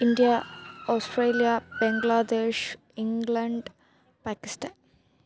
India Australia Bangladesh England Pakistan